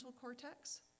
cortex